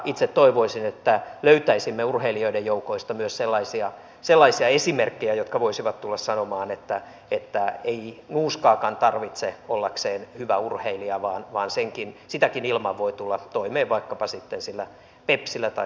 itse toivoisin että löytäisimme urheilijoiden joukoista myös sellaisia esimerkkejä jotka voisivat tulla sanomaan että ei nuuskaakaan tarvitse ollakseen hyvä urheilija vaan sitäkin ilman voi tulla toimeen vaikkapa sitten pepsillä taikka tuoremehulla